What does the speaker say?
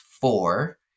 four